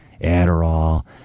Adderall